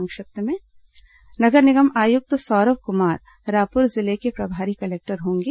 संक्षिप्त समाचार नगर निगम आयुक्त सौरव कुमार रायपुर जिले के प्रभारी कलेक्टर होंगे